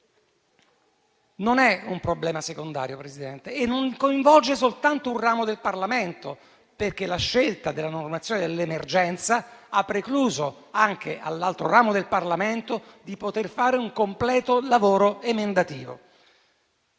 Non è un problema secondario, Presidente, e non coinvolge soltanto un ramo del Parlamento, perché la scelta della normazione dell'emergenza ha precluso anche all'altro ramo del Parlamento di poter fare un completo lavoro emendativo.